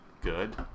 good